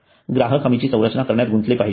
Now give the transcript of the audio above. ग्राहक हमीची संरचना करण्यात गुंतले पाहिजे